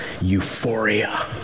euphoria